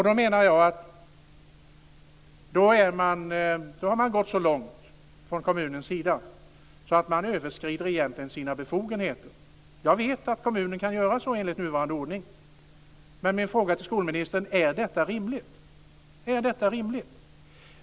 Då menar jag att man från kommunens sida har gått så långt att man egentligen överskrider sina befogenheter. Jag vet att kommunen kan göra så, enligt nuvarande ordning, men då är min fråga till skolministern: Är detta rimligt?